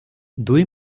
ଦୁଇ